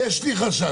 יש לי חשש,